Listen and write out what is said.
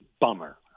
bummer